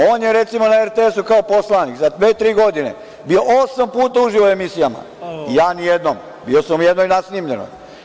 On je recimo, na RTS kao poslanik za dve, tri godine bio osam puta uživo u emisijama, ja nijednom, bio sam u jednoj nasnimljenoj.